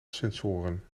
sensoren